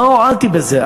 מה הועלתי בזה?